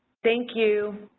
thank you.